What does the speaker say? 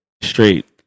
straight